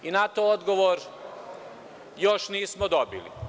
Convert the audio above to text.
Na to odgovor još nismo dobili.